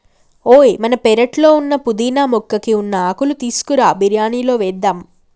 ఓయ్ మన పెరట్లో ఉన్న పుదీనా మొక్కకి ఉన్న ఆకులు తీసుకురా బిరియానిలో వేద్దాం